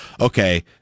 okay